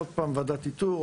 עוד פעם ועדת איתור,